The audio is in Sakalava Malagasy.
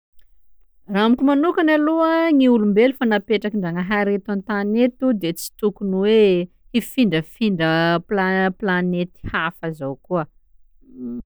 Amiko manokana aloha, gny olombelo efa napetraky Ndrahary eto an-tany eto de tsy tokony hoe hifindrafindra pla- planety hafa zao koà, mhh.